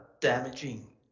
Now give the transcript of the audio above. damaging